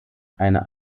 eine